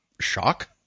shock